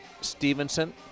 Stevenson